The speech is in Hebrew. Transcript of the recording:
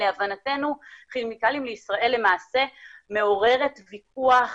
להבנתנו, כימיקלים ישראל מעוררת ויכוח ישן,